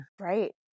right